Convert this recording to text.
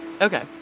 Okay